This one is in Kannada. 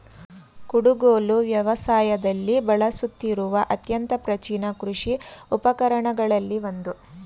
ಕುಡುಗೋಲು ವ್ಯವಸಾಯದಲ್ಲಿ ಬಳಸುತ್ತಿರುವ ಅತ್ಯಂತ ಪ್ರಾಚೀನ ಕೃಷಿ ಉಪಕರಣಗಳಲ್ಲಿ ಒಂದು